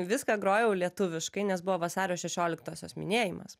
viską grojau lietuviškai nes buvo vasario šešioliktosios minėjimas